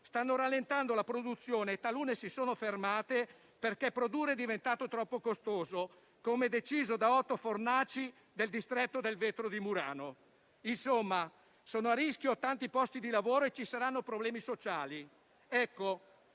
stanno rallentando la produzione e talune si sono fermate perché produrre è diventato troppo costoso, come deciso da otto fornaci del distretto del vetro di Murano. Insomma, sono a rischio tanti posti di lavoro e ci saranno problemi sociali.